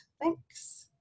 thanks